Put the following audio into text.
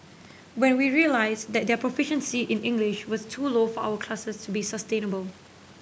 but we realised that their proficiency in English was too low for our classes to be sustainable